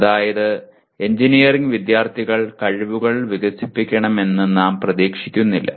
അതായത് എഞ്ചിനീയറിംഗ് വിദ്യാർത്ഥികൾ കഴിവുകൾ വികസിപ്പിക്കണമെന്ന് നാം പ്രതീക്ഷിക്കുന്നില്ല